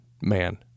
man